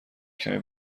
کمی